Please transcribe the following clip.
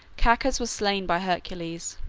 cacus was slain by hercules.